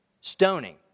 Stoning